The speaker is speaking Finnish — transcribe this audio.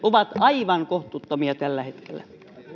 ovat aivan kohtuuttomia tällä hetkellä